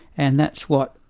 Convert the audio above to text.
and that's what,